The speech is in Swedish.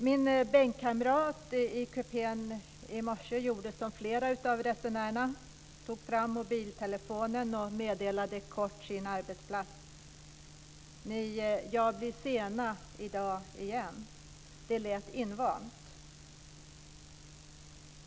Min bänkkamrat i kupén i morse gjorde som flera andra av resenärerna, tog fram mobiltelefonen och meddelade kort sin arbetsplats: Jag blir sen i dag igen. Det lät invant.